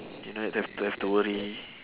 you no need to have to have to worry